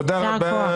תודה רבה.